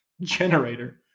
generator